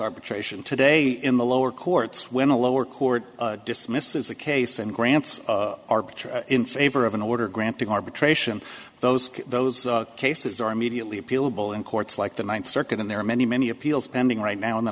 arbitration today in the lower courts when a lower court dismisses the case and grants our picture in favor of an order granting arbitration those those cases are immediately appealable and courts like the ninth circuit and there are many many appeals pending right now in the